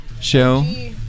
show